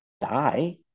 die